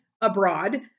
abroad